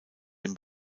den